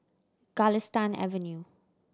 Galistan Avenue